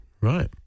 right